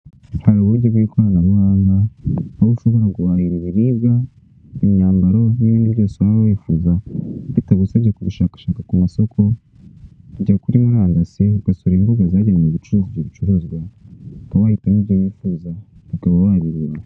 Uburyo bw'ikoranabuhanga aho ushobora guhahira ibiribwa, imyambaro n'ibindi byose waba wifuza bitagusabye kubishakashaka ku masoko, ujya kuri murandasi ugasura imbuga zerekeranye ibyo bicuruzwa, ukaba wahitamo ibyo wifuza, ukaba wabireba.